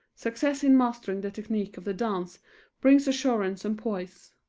success in mastering the technique of the dance brings assurance and poise,